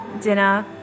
dinner